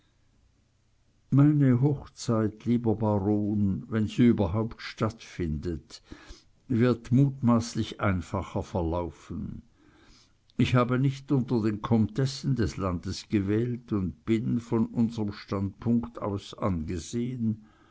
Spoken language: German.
meine hochzeit lieber baron wenn sie überhaupt stattfindet wird mutmaßlich einfacher verlaufen ich habe nicht unter den komtessen des landes gewählt und bin von unserm standpunkt aus angesehn